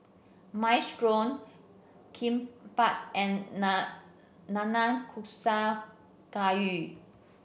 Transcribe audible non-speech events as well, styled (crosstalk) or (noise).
Minestrone Kimbap and (unintelligible) Nanakusa Gayu